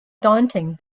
daunting